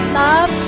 love